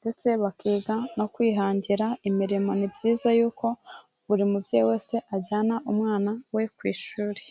ndetse bakiga no kwihangira imirimo. Ni byiza yuko buri mubyeyi wese ajyana umwana we ku ishuri.